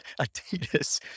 Adidas